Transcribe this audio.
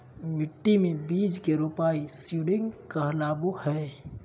मिट्टी मे बीज के रोपाई सीडिंग कहलावय हय